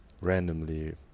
randomly